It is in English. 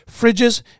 fridges